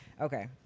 Okay